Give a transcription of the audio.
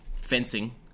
fencing